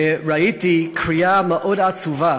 ראיתי קריאה מאוד עצובה